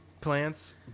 plants